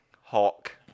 hawk